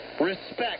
Respect